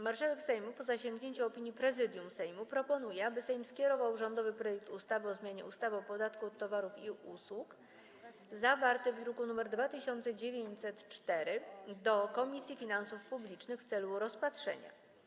Marszałek Sejmu, po zasięgnięciu opinii Prezydium Sejmu, proponuje, aby Sejm skierował rządowy projekt ustawy o zmianie ustawy o podatku od towarów i usług, zawarty w druku nr 2904, do Komisji Finansów Publicznych w celu rozpatrzenia.